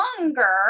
longer